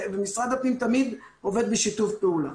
משרד הפנים תמיד עובד בשיתוף פעולה.